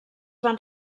van